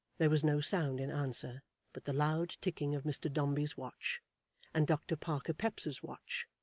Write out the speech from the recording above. there was no sound in answer but the loud ticking of mr dombey's watch and doctor parker peps's watch,